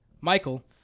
Michael